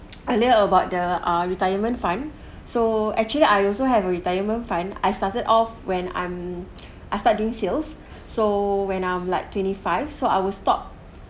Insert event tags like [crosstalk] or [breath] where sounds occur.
[noise] earlier about the uh retirement fund [breath] so actually I also have a retirement fund I started off when I'm [noise] after I doing sales [breath] so when I'm like twenty five so I will stop